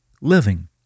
living